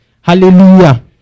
Hallelujah